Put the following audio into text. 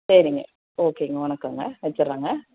சரிங்க ஓகேங்க வணக்கங்க வச்சிடுறேங்க